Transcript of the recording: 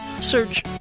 search